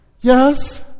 Yes